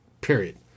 Period